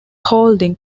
holding